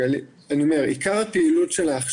ממש לספור את הפתרונות,